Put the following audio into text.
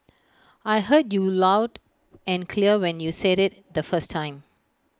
I heard you loud and clear when you said IT the first time